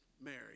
mary